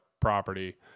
property